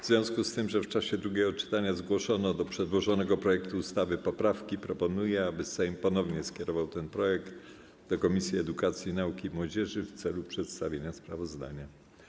W związku z tym, że w czasie drugiego czytania zgłoszono do przedłożonego projektu ustawy poprawki, proponuję, aby Sejm ponownie skierował ten projekt do Komisji Edukacji, Nauki i Młodzieży w celu przedstawienia sprawozdania.